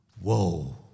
Whoa